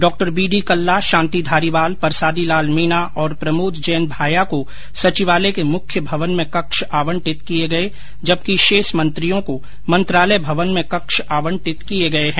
doctor B D Kalla Shanti Dhariwal Parsadi Lal Meena और प्रमोद जैन भाया को सचिवालय के मुख्य भवन में कक्ष आवंटित किये गये जबकि शेष मंत्रियों को मंत्रालय भवन में कक्ष आवंटित किये गये हैं